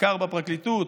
נחקר בפרקליטות,